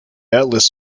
atlas